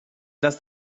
does